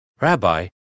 Rabbi